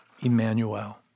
Emmanuel